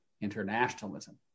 internationalism